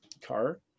car